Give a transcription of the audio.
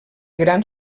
gran